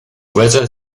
weather